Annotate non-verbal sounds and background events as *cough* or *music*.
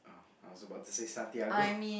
I was about to say Santiago *breath*